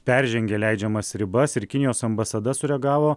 peržengė leidžiamas ribas ir kinijos ambasada sureagavo